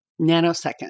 nanosecond